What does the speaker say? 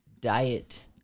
Diet